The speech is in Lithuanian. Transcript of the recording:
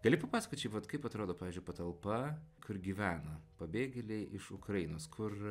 gali papasakot šiaip vat kaip atrodo pavyzdžiui patalpa kur gyvena pabėgėliai iš ukrainos kur